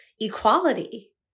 equality